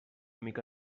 mica